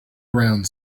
around